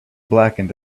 blackened